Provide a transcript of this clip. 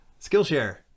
Skillshare